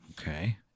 Okay